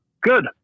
Good